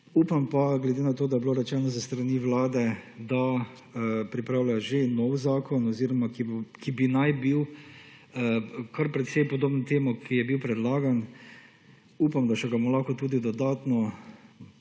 Upam pa, glede na to, da je bilo rečeno s strani vlade, da pripravlja že nov zakon oziroma ki bi naj bil kar precej podoben temu, ki je bil predlagan. Upam, da ga bomo lahko še dodatno